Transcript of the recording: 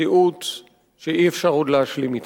מציאות שאי-אפשר עוד להשלים אתה.